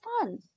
fun